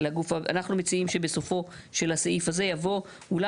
אנחנו מציעים שבסופו של הסעיף הזה יבוא "אולם